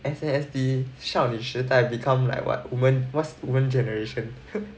S_N_S_D 少女时代 become like what what's woman generation